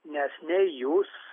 nes ne jūs